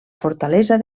fortalesa